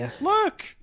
Look